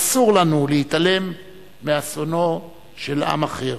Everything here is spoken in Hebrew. אסור לנו להתעלם מאסונו של עם אחר.